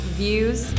views